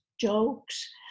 jokes